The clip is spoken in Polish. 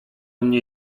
mnie